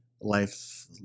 life